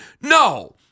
No